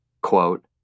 quote